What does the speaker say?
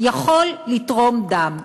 יכול לתרום דם.